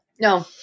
no